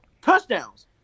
touchdowns